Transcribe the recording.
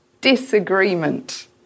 disagreement